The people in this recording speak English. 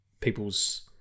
people's